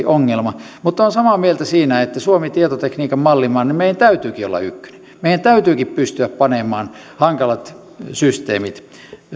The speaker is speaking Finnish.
ongelma mutta olen samaa mieltä siinä että kun suomi on tietotekniikan mallimaa niin meidän täytyykin olla ykkönen meidän täytyykin pystyä panemaan hankalat systeemit